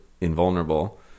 invulnerable